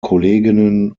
kolleginnen